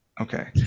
Okay